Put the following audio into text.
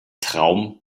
traum